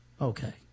Okay